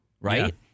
right